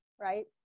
Right